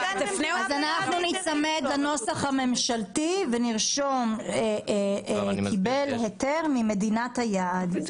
אנחנו ניצמד לנוסח הממשלתי ונרשום שקיבל היתר ממדינת היעד.